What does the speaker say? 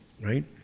right